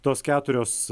tos keturios